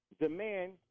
demand